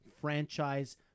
franchise